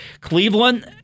Cleveland